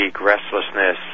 restlessness